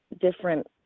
different